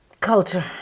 Culture